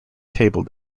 table